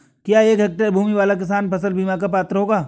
क्या एक हेक्टेयर भूमि वाला किसान फसल बीमा का पात्र होगा?